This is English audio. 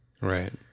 Right